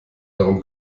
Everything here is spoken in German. darum